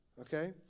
Okay